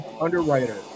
underwriter